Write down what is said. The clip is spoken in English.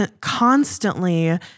constantly